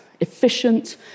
efficient